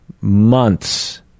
months